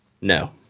No